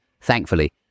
thankfully